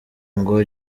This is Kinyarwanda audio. ngo